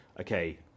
okay